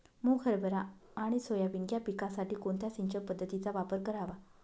मुग, हरभरा आणि सोयाबीन या पिकासाठी कोणत्या सिंचन पद्धतीचा वापर करावा?